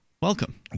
Welcome